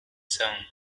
song